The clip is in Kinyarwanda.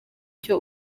icyo